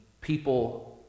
people